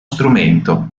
strumento